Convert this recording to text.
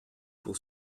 pour